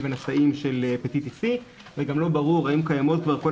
ונשאים של הפטיטיס סי וגם לא ברור האם קיימות כבר כל